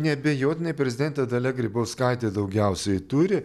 neabejotinai prezidentė dalia grybauskaitė daugiausiai turi